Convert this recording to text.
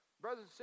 Brothers